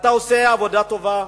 שאתה עושה עבודה טובה.